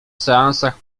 seansach